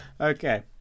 Okay